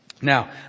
Now